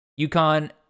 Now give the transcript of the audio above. UConn